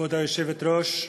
כבוד היושבת-ראש,